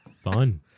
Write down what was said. Fun